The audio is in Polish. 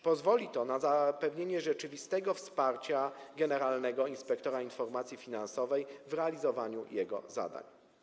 Pozwoli to na zapewnienie rzeczywistego wsparcia generalnego inspektora informacji finansowej w realizowaniu jego zadań.